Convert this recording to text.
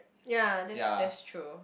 ya